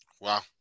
Wow